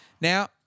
Now